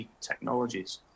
technologies